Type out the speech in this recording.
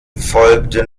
folgte